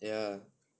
ya